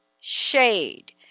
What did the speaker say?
shade